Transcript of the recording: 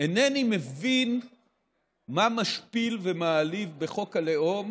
אינני מבין מה משפיל ומעליב בחוק הלאום